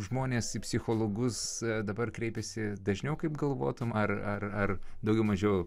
žmonės į psichologus dabar kreipiasi dažniau kaip galvotum ar ar daugiau mažiau